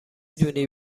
دونی